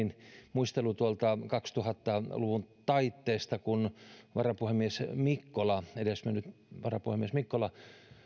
muistelu tuolta kaksituhatta luvun taitteesta kun varapuhemies mikkola edesmennyt varapuhemies mikkola